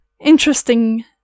interesting